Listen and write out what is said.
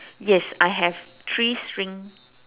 yes I have three string